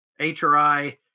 HRI